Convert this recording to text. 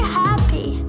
happy